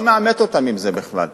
לא מעמת אותם עם זה בכלל.